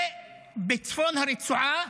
ובצפון הרצועה